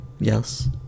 yes